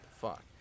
Fuck